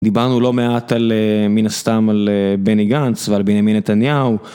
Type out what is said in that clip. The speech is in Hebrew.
דיברנו לא מעט על... מן הסתם, על בני גנץ ועל בנימין נתניהו...